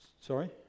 Sorry